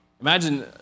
imagine